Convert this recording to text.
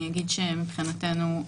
מבחינתנו,